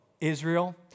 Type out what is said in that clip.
Israel